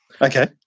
Okay